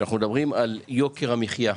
אנחנו מדברים על יוקר המחיה.